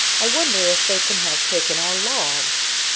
i wonder if they can have taken our logs?